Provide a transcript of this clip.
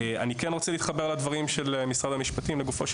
אני כן רוצה להתחבר לדברים של משרד המשפטים לגופו של